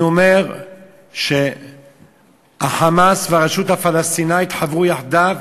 אני אומר שה"חמאס" והרשות הפלסטינית חברו יחדיו.